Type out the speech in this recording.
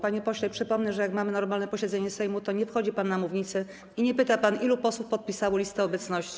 Panie pośle, przypomnę, że jak mamy normalne posiedzenie Sejmu, to nie wchodzi pan na mównicę i nie pyta, ilu posłów podpisało listę obecności.